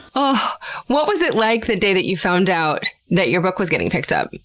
but what was it like the day that you found out that your book was getting picked up?